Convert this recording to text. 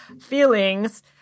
feelings